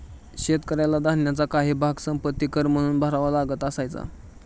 शेतकऱ्याला धान्याचा काही भाग संपत्ति कर म्हणून भरावा लागत असायचा